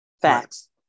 Facts